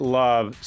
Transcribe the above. love